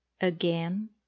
Again